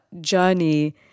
journey